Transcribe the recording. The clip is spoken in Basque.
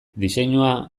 diseinua